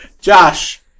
Josh